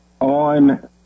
on